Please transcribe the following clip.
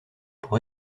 pour